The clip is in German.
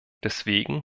deswegen